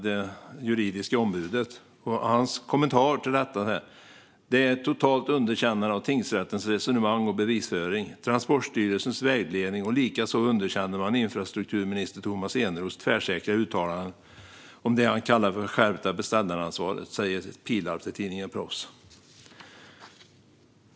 Det juridiska ombudet Tommy Pilarps kommentar till detta i tidningen Proffs är: "Detta är ett totalt underkännande av tingsrättens resonemang och bevisföring, Transportstyrelsens vägledning och likaså underkänner man infrastrukturminister Tomas Eneroths tvärsäkra uttalanden om det han kallar det skärpta beställaransvaret."